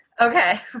okay